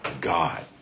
God